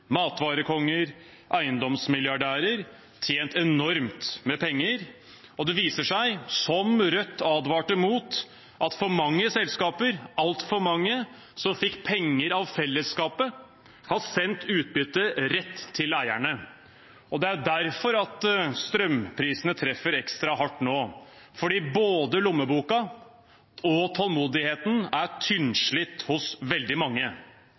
matvarekonger, eiendomsmilliardærer – tjent enormt med penger. Det viser seg, som Rødt advarte mot, at altfor mange selskaper som fikk penger av fellesskapet, har sendt utbyttet rett til eierne. Det er derfor strømprisene treffer ekstra hardt nå, for både lommeboka og tålmodigheten er tynnslitt hos veldig mange.